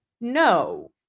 no